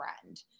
friend